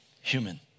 human